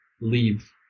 leave